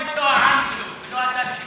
ולא העם ולא הדת שלו.